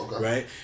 right